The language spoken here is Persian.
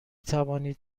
توانید